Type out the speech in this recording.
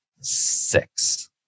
six